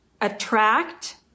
attract